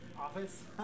office